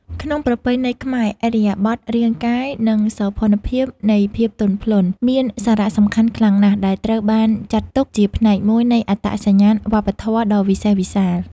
ក្នុងប្រពៃណីខ្មែរ ឥរិយាបថរាងកាយ និងសោភ័ណភាពនៃភាពទន់ភ្លន់ មានសារៈសំខាន់ខ្លាំងណាស់ ដែលត្រូវបានចាត់ទុកជាផ្នែកមួយនៃអត្តសញ្ញាណវប្បធម៌ដ៏វិសេសវិសាល។